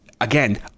Again